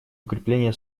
укрепление